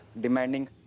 demanding